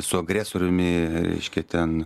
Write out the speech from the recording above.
su agresoriumi reiškia ten